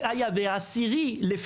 הסירו כל גורמי